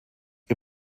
ihr